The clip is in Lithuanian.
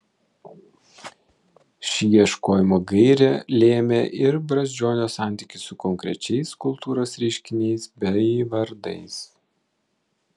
ši ieškojimo gairė lėmė ir brazdžionio santykį su konkrečiais kultūros reiškiniais bei vardais